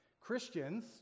Christians